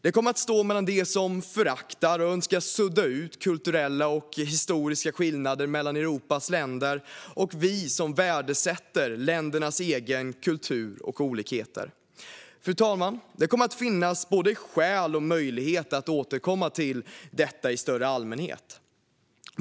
Det kommer att stå mellan dem som föraktar och önskar sudda ut kulturella och historiska skillnader mellan Europas länder och oss som värdesätter ländernas egen kultur och olikheter. Fru talman! Det kommer att finnas både skäl och möjlighet att återkomma till detta i större allmänhet.